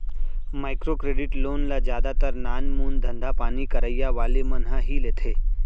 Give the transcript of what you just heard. micro credit loan ल जादातर नानमून धंधापानी करइया वाले मन ह ही लेथे